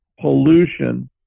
pollution